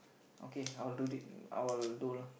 okay I'll do it I'll do lah